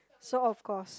so of course